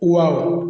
wow